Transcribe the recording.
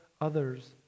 others